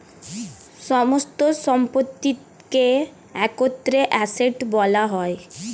সমস্ত সম্পত্তিকে একত্রে অ্যাসেট্ বলা হয়